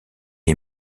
est